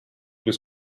was